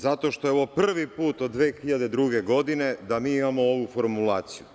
Zato što je ovo prvi put od 2002. godine da mi imamo ovu formulaciju.